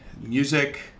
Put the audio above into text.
music